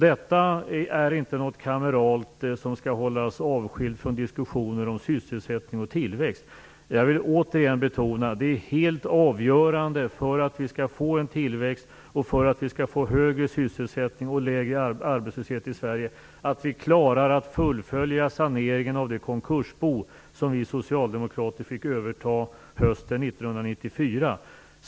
Detta är inte något kameralt som skall hållas avskilt från diskussioner om sysselsättning och tillväxt. Jag vill åter betona att det är helt avgörande för att vi skall få en tillväxt och för att vi skall få högre sysselsättning och lägre arbetslöshet i Sverige att vi klarar att fullfölja saneringen av det konkursbo som vi socialdemokrater fick överta hösten 1994.